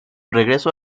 regreso